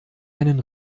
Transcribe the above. einen